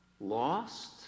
Lost